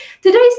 Today's